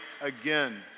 again